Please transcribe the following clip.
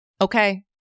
Okay